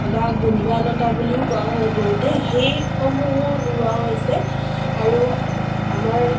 বা গোন্ধোৱা লতা বুলিও কোৱা হয় বহুতে সেইসমূহো ৰোৱা হৈছে আৰু আমাৰ